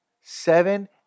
seven